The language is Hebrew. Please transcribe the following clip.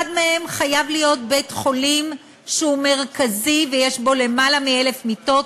אחד מהם חייב להיות בית-חולים מרכזי שיש בו למעלה מ-1,000 מיטות,